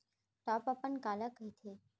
Top अपन काला कहिथे?